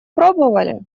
пробовали